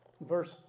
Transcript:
Verse